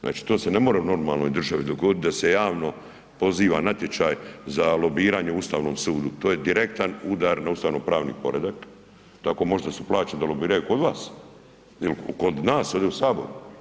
Znači to se ne more u normalnoj državi dogoditi da se javno poziva natječaj za lobiranje u ustavnom sudu, to je direktan udar na ustavnopravni poredak, tako možda su … da lobiraju kod vas jel kod nas ovdje u Saboru.